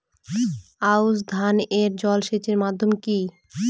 আউশ ধান এ জলসেচের মাধ্যম কি?